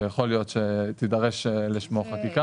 שיכול להיות שתידרש לשמו חקיקה.